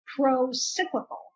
pro-cyclical